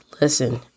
Listen